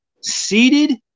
seated